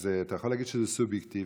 ואתה יכול להגיד שזה סובייקטיבי,